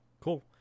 Cool